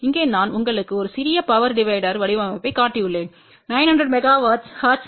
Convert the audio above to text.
இங்கே நான் உங்களுக்கு ஒரு சிறிய பவர் டிவைடர் வடிவமைப்பைக் காட்டியுள்ளேன் 900 மெகா ஹெர்ட்ஸ்